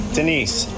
Denise